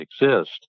exist